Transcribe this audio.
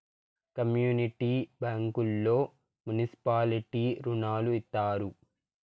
community బ్యాంకుల్లో municipality రుణాలు ఇత్తారు